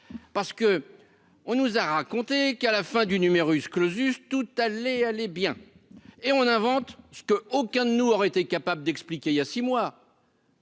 parce que, on nous a raconté qu'à la fin du numerus clausus tout allait allait bien et on invente ce que aucun de nous, aurait été capable d'expliquer : il y a 6 mois.